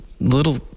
little